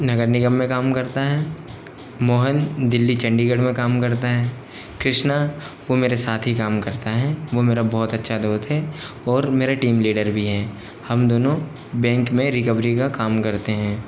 नगर निगम में काम करता है मोहन दिल्ली चंडीगढ़ में काम करते हैं कृष्णा वो मेरे साथ ही काम करता है वो मेरा बहुत अच्छा दोस्त है और मेरा टीम लीडर भी है हम दोनों बैंक में रिकवरी का काम करते हैं